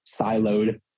siloed